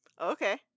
Okay